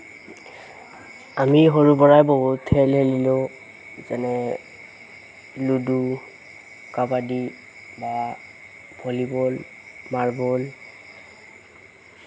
আমি সৰুৰ পৰা বহুত খেল খেলিলোঁ যেনে লুডু কাবাডী বা ভলীবল মাৰ্বল